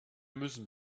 müssen